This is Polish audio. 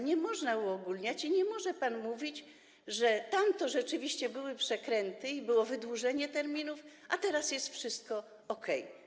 Nie można uogólniać, nie może pan mówić, że tam to rzeczywiście były przekręty i było wydłużenie terminów, a teraz jest wszystko okay.